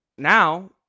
now